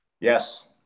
Yes